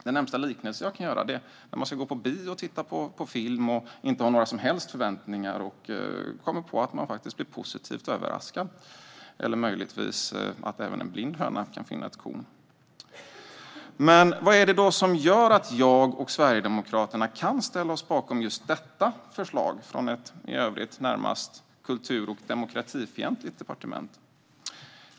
Den närmaste liknelse jag kan göra är att man går på bio och ser en film utan att ha några som helst förväntningar men blir positivt överraskad - eller möjligtvis att även en blind höna kan finna ett korn. Vad är det då som gör att jag och Sverigedemokraterna kan ställa oss bakom just detta förslag från ett i övrigt närmast kultur och demokratifientligt departement?